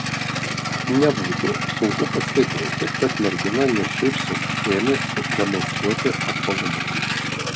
nebūtų sunku pastebėti kad mergina ne šiaip sau ėmėsi demonstruoti apvalumus